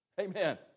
Amen